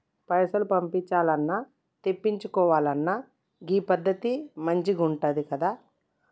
పైసలు పంపించాల్నన్నా, తెప్పిచ్చుకోవాలన్నా గీ పద్దతి మంచిగుందికదా